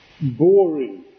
boring